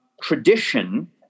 tradition